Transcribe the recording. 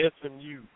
SMU